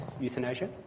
euthanasia